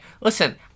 listen